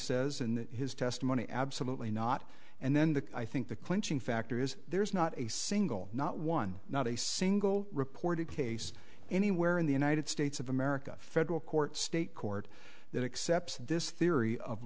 in his testimony absolutely not and then the i think the clinching factor is there's not a single not one not a single reported case anywhere in the united states of america federal court state court that accepts this theory of